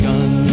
Gun